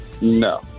No